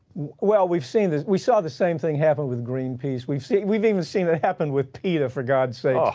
well, we've seen this, we saw the same thing happen with greenpeace. we've seen, we've even seen it happen with peta, for god's sake.